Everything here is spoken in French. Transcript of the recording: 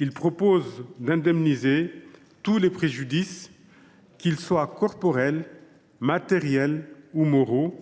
Il s’agit par ailleurs d’indemniser tous les préjudices, qu’ils soient corporels, matériels ou moraux,